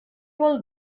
vol